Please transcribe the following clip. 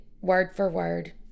word-for-word